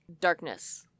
darkness